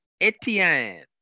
Etienne